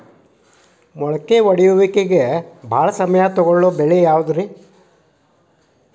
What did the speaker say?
ಮೊಳಕೆ ಒಡೆಯುವಿಕೆಗೆ ಭಾಳ ಸಮಯ ತೊಗೊಳ್ಳೋ ಬೆಳೆ ಯಾವುದ್ರೇ?